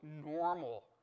normal